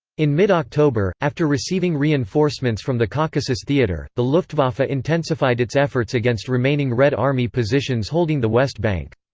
in mid-october, after receiving reinforcements from the caucasus theater, the luftwaffe ah intensified its efforts against remaining red army positions holding the west bank.